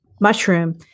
mushroom